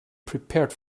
prepared